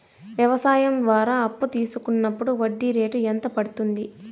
వ్యవసాయం ద్వారా అప్పు తీసుకున్నప్పుడు వడ్డీ రేటు ఎంత పడ్తుంది